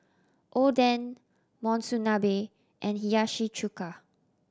Oden Monsunabe and Hiyashi Chuka